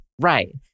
Right